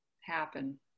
happen